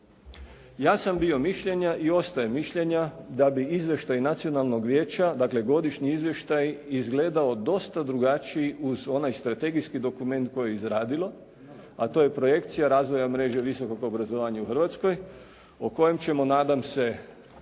Ja sam bio mišljenja i ostajem mišljenja da bi izvještaj nacionalnog vijeća dakle godišnji izvještaj izgledao dosta drugačiji uz onaj strategijski dokument koji je izradilo a to je projekcija razvoja mreže visokog obrazovanja u Hrvatskoj o kojem ćemo nadam se